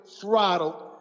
throttled